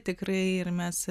tikrai ir mes